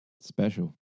Special